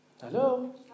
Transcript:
Hello